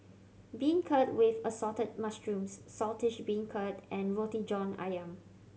beancurd with Assorted Mushrooms Saltish Beancurd and Roti John Ayam